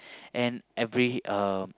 and every um